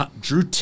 Drew